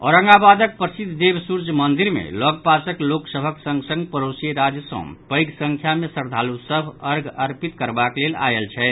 औरंगावादक प्रसिद्ध देव सूर्य मंदिर मे लग पासक लोक सभक संग संग पड़ोसी राज्य सँ पैघ संख्या मे श्राद्वालु सभ अर्ध्य अर्पित करवाक लेल आयल छथि